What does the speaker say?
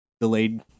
delayed